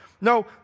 No